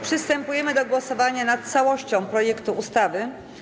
Przystępujemy do głosowania nad całością projektu ustawy.